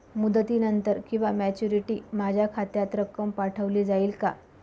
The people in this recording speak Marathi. मुदतीनंतर किंवा मॅच्युरिटी माझ्या खात्यात रक्कम पाठवली जाईल का?